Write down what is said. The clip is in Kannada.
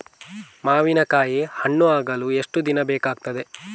ಮಾವಿನಕಾಯಿ ಹಣ್ಣು ಆಗಲು ಎಷ್ಟು ದಿನ ಬೇಕಗ್ತಾದೆ?